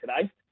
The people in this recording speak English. today